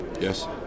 yes